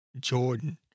Jordan